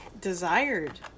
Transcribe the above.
desired